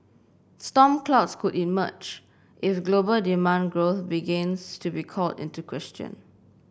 storm clouds could emerge if global demand growth begins to be called into question